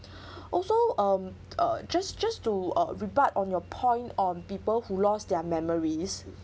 also um uh just just do uh rebut on your point on people who lost their memories